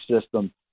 system